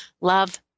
Love